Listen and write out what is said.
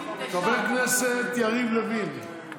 חבר הכנסת יריב לוין,